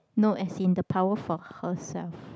no as in the power for herself